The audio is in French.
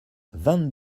vingt